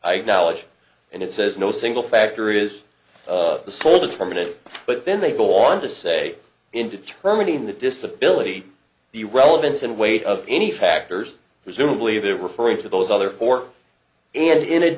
knowledge and it says no single factor is the sole determinant but then they go on to say in determining the disability the relevance and weight of any factors presumably that referring to those other four and in a